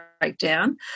breakdown